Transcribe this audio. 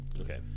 Okay